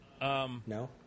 No